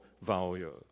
value